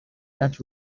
that